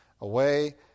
away